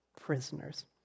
prisoners